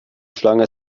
schlange